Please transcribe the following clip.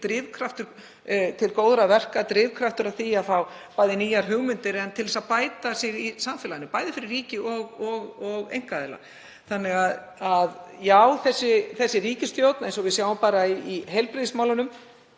drifkraftur til góðra verka, drifkraftur að því að fá nýjar hugmyndir og til að bæta sig í samfélaginu, bæði fyrir ríki og einkaaðila. Þannig að já, þessi ríkisstjórn, eins og við sjáum bara í heilbrigðismálunum,